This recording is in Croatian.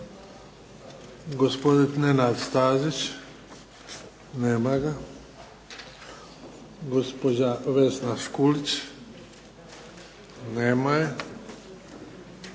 Gospodin Nenad Stazić, nema ga. Gospođa Vesna Škulić, nema je.